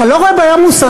אתה לא רואה בעיה מוסרית?